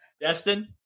Destin